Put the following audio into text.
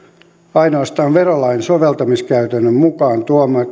ainoastaan verolain soveltamiskäytännön mukaan